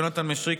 יונתן מישרקי,